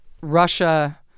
Russia